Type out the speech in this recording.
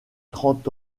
trente